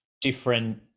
different